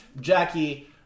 Jackie